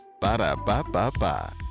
Ba-da-ba-ba-ba